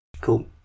Cool